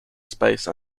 space